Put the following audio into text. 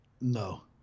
no